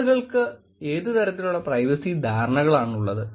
ആളുകൾക്ക് ഏതു തരത്തിലുള്ള പ്രൈവസി ധാരണകളാണുള്ളത്